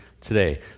today